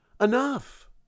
enough